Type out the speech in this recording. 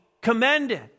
commended